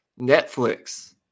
netflix